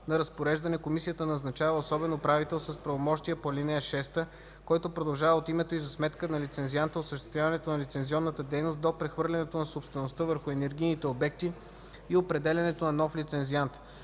на разпореждане, комисията назначава особен управител с правомощия по ал. 6, който продължава от името и за сметка на лицензианта осъществяването на лицензионната дейност до прехвърлянето на собствеността върху енергийните обекти и определянето на нов лицензиант.